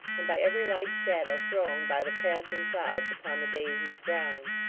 and by every light shadow thrown by the passing clouds upon the daisied ground.